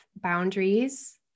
boundaries